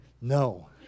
no